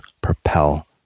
propel